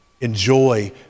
Enjoy